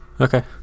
okay